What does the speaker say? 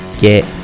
get